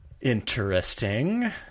Interesting